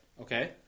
Okay